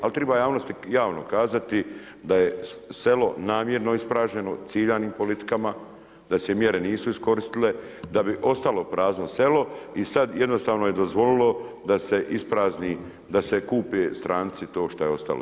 Ali treba javnosti javno kazati da je selo namjerno ispražnjeno ciljanim politikama, da se mjere nisu iskoristile da bi ostalo prazno selo i sada jednostavno je dozvolilo da se isprazni, da kupe stranci to što je ostalo.